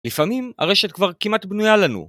לפעמים הרשת כבר כמעט בנויה לנו.